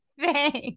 thanks